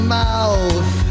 mouth